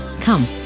Come